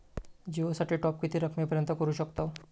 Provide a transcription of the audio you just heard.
जिओ साठी टॉप किती रकमेपर्यंत करू शकतव?